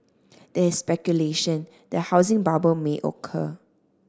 there is speculation that housing bubble may occur